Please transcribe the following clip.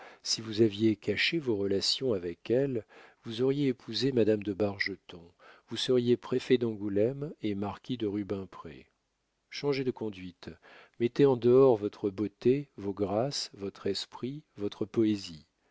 si vous aviez caché vos relations avec elle vous auriez épousé madame de bargeton vous seriez préfet d'angoulême et marquis de rubempré changez de conduite mettez en dehors votre beauté vos grâces votre esprit votre poésie